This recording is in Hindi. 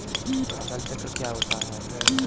फसल चक्र क्या होता है?